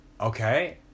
Okay